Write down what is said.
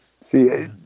See